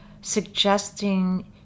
suggesting